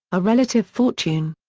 a relative fortune.